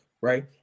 right